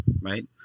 right